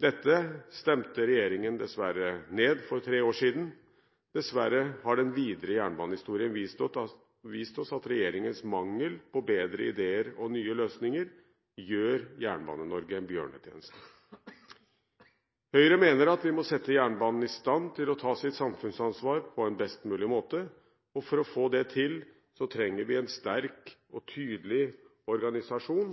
Dette stemte dessverre regjeringen ned for tre år siden. Dessverre har den videre jernbanehistorie vist oss at regjeringens mangel på bedre ideer og nye løsninger gjør Jernbane-Norge er bjørnetjeneste. Høyre mener at vi må sette jernbanen i stand til å ta sitt samfunnsansvar på en best mulig måte. For å få det til trenger vi en sterk og tydelig organisasjon